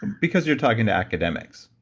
because you're talking to academics.